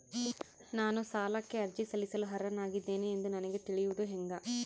ನಾನು ಸಾಲಕ್ಕೆ ಅರ್ಜಿ ಸಲ್ಲಿಸಲು ಅರ್ಹನಾಗಿದ್ದೇನೆ ಎಂದು ನನಗ ತಿಳಿಯುವುದು ಹೆಂಗ?